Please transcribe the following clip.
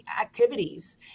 activities